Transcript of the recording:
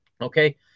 okay